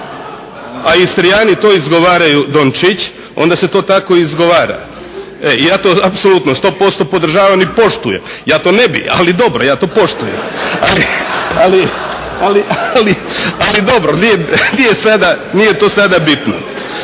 a Istrijani to izgovaraju Dončić onda se to tako izgovara i ja to apsolutno, 100% podržavam i poštujem. Ja to ne bih, ali dobro, ja to poštujem. Ali dobro, nije to sada bitno.